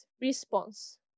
response